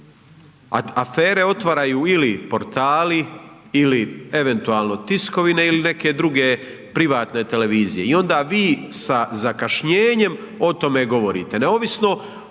afere otvaraju ili portali ili eventualno tiskovine ili neke druge privatne televizije. I onda vi sa zakašnjenjem o tome govorite,